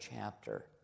chapter